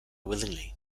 willingly